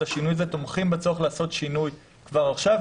השינוי ותומכים בצורך לעשות שינוי כבר עכשיו,